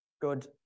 Good